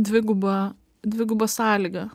dviguba dviguba sąlyga